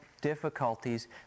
Difficulties